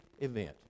event